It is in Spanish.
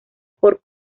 por